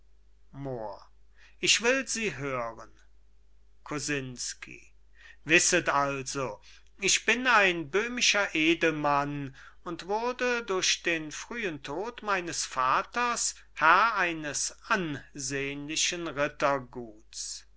ich will sie hören kosinsky wisset also ich bin ein böhmischer edelmann und wurde durch den frühen tod meines vaters herr eines ansehnlichen